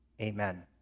Amen